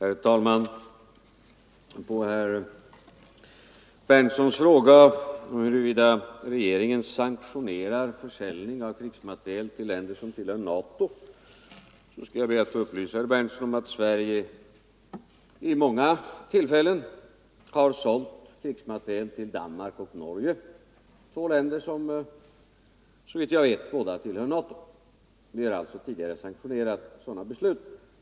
Herr talman! På herr Berndtsons fråga huruvida regeringen sanktionerar försäljning av krigsmateriel till länder som tillhör NATO, skall jag be att få upplysa herr Berndtson om att Sverige vid många tillfällen har sålt krigsmateriel till Danmark och Norge, två länder som såvitt jag vet tillhör NATO. Vi har alltså tidigare sanktionerat sådana beslut.